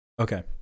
Okay